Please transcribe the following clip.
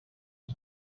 que